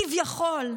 כביכול,